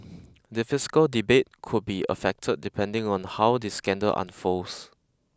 the fiscal debate could be affected depending on how this scandal unfolds